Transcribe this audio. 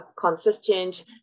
consistent